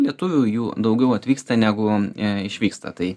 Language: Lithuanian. lietuvių jų daugiau atvyksta negu a išvyksta tai